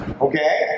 Okay